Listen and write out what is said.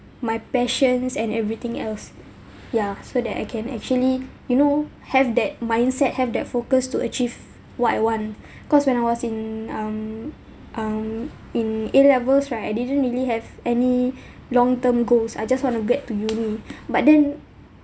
my passions and everything else ya so that I can actually you know have that mindset have that focus to achieve what I want cause when I was in um um in A levels right I didn't really have any long term goals I just want to get to uni but then